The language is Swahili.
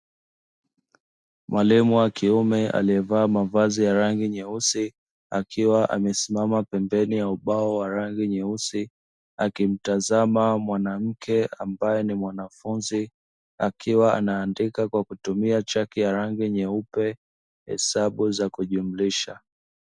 Mwalimu wa kiume aliyevaa mavazi ya rangi nyeusi akiwa amesimama pembeni ya ubao wa rangi nyeusi akimtazama mwanamke ambaye ni mwanafunzi akiwa anaandika kwa kutumia chaki ya rangi nyeupe hesabu za kujumlisha.